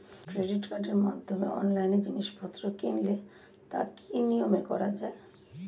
Credit কার্ডের মাধ্যমে অনলাইনে জিনিসপত্র কিনলে তার কি নিয়মে করা যায়?